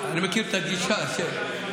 זה לא קשור אלייך.